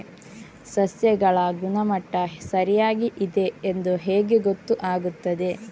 ಸಸ್ಯಗಳ ಗುಣಮಟ್ಟ ಸರಿಯಾಗಿ ಇದೆ ಎಂದು ಹೇಗೆ ಗೊತ್ತು ಆಗುತ್ತದೆ?